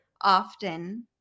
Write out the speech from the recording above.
often